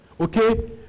okay